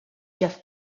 jeff